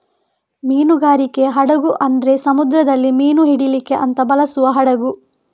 ಮೀನುಗಾರಿಕೆ ಹಡಗು ಅಂದ್ರೆ ಸಮುದ್ರದಲ್ಲಿ ಮೀನು ಹಿಡೀಲಿಕ್ಕೆ ಅಂತ ಬಳಸುವ ಹಡಗು